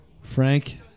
Frank